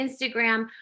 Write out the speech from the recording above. Instagram